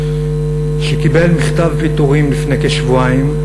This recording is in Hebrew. שקיבל מכתב פיטורים לפני כשבועיים,